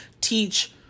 teach